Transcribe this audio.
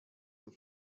your